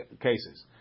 cases